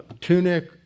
Tunic